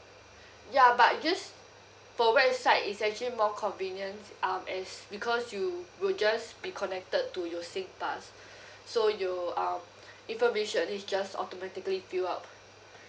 ya but just for website is actually more convenient um as because you would just be connected to your singpass so you um information is just automatically filled up